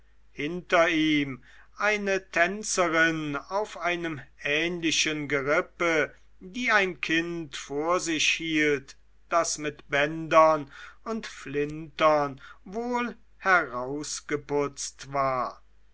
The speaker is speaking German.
hinter ihm eine tänzerin auf einem ähnlichen gerippe die ein kind vor sich hielt das mit bändern und flintern wohl herausgeputzt war